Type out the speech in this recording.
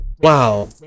wow